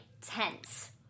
tense